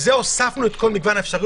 בגלל זה הוספנו את כל מגוון האפשרויות.